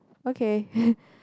okay